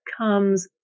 comes